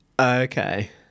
Okay